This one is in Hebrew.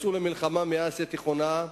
שיצאו למלחמה מאסיה התיכונה,